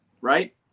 right